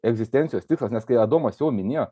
egzistencijos tikslas nes kai adomas jau minėjo